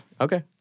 okay